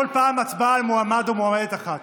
כל פעם הצבעה על מועמד אחד או מועמדת אחת.